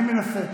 אני מנסה.